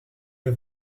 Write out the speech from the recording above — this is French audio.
vas